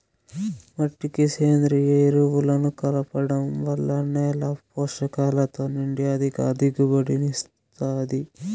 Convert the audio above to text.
మట్టికి సేంద్రీయ ఎరువులను కలపడం వల్ల నేల పోషకాలతో నిండి అధిక దిగుబడిని ఇస్తాది